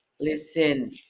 Listen